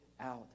out